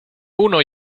uno